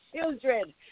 children